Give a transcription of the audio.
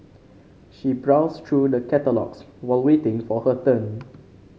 she browsed through the catalogues while waiting for her turn